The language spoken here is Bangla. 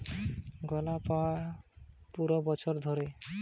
কারুর যে মাইনে গুলা পায় পুরা বছর ধরে